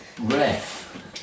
ref